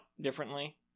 differently